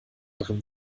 drin